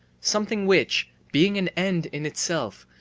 something which, being an end in itself,